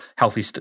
Healthy